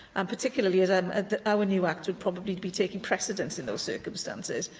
um particularly as and our new acts would probably be taking precedence in those circumstances.